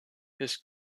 his